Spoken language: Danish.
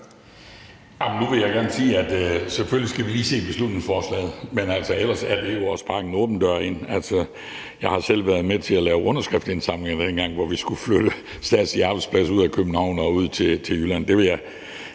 Nu vil jeg gerne sige, at selvfølgelig skal vi lige se beslutningsforslaget, men ellers er det jo at sparke en åben dør ind. Altså, jeg har selv været med til at lave underskriftsindsamlinger, dengang vi skulle flytte statslige arbejdspladser ud af København og til Jylland. Det vil jeg